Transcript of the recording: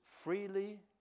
freely